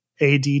AD